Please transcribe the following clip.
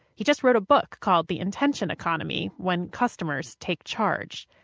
he just wrote a book called the intention economy when customers take charge.